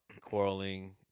quarreling